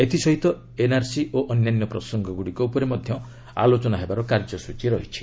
ଏଥିସହିତ ଏନ୍ଆର୍ସି ଓ ଅନ୍ୟାନ୍ୟ ପ୍ରସଙ୍ଗଗୁଡ଼ିକ ଉପରେ ଆଲୋଚନା ହେବାର କାର୍ଯ୍ୟସ୍କଚୀ ରହିଛି